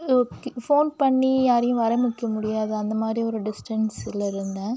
okay phone பண்ணி யாரையும் வர வைக்க முடியாது அந்த மாதிரி ஒரு டிஸ்டன்ஸ்ஸில் இருந்தேன்